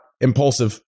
Impulsive